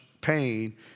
pain